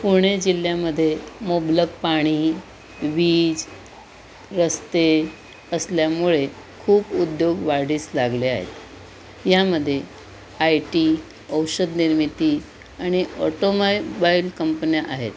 पुणे जिल्ह्यामध्ये मुबलक पाणी वीज रस्ते असल्यामुळे खूप उद्योग वाढीस लागले आहेत यामध्ये आय टी औषध निर्मिती आणि ऑटोमाइलबायल कंपन्या आहेत